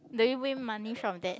do you win money from that